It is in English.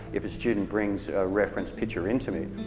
if a student brings a reference picture in to me,